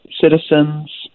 citizens